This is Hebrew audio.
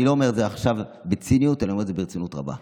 אני לא אומר את זה עכשיו בציניות אלא אומר את זה ברצינות רבה.